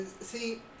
See